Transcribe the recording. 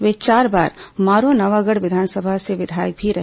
वे चार बार मारो नवागढ़ विधानसभा से विधायक भी रहे